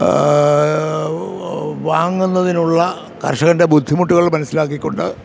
വാങ്ങുന്നതിനുള്ള കർഷകൻ്റെ ബുദ്ധിമുട്ടുകൾ മനസ്സിലാക്കിക്കൊണ്ട്